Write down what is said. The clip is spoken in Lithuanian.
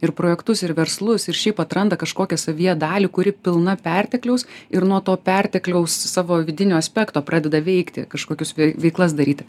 ir projektus ir verslus ir šiaip atranda kažkokią savyje dalį kuri pilna pertekliaus ir nuo to pertekliaus savo vidinio aspekto pradeda veikti kažkokius vi veiklas daryti